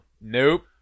nope